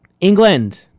England